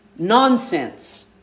Nonsense